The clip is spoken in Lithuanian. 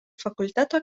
fakulteto